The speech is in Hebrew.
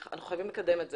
אנחנו חייבים לקדם את זה,